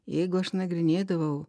jeigu aš nagrinėdavau